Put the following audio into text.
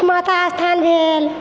माता अस्थान भेल